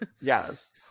Yes